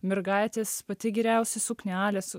mergaitės pati geriausia suknelės